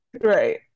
Right